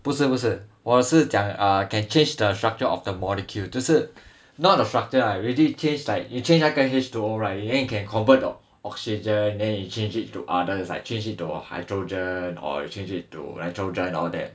不是不是我是讲 err can change the structure of the molecule 就是 not the structure I already changed like you change 那个 H two O right then you can convert the oxygen then you change it to others like change it a hydrogen or you change it to nitrogen all that